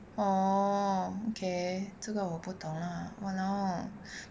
oh okay 这个我不懂 lah !walao!